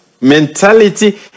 Mentality